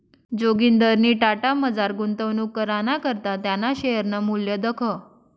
जोगिंदरनी टाटामझार गुंतवणूक कराना करता त्याना शेअरनं मूल्य दखं